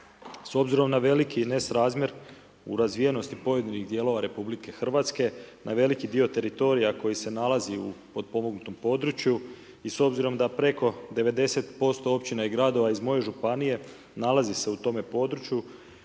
S obzirom na veliki nesrazmjer u razvijenosti pojedinih dijelova RH na veliki dio teritorija koji se nalazi u potpomognutom području i s obzirom da preko 90% općina i gradova iz moje županije nalazi se u tom području